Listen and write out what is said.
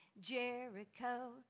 Jericho